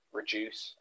reduce